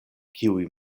kiuj